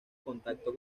contacto